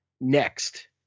next